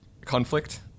conflict